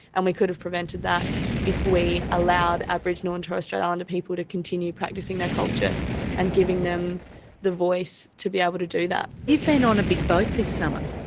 and we could have prevented that if we allowed aboriginal and torres strait islander people to continue practising their culture and giving them the voice to be able to do that. you've been on a big boat this summer.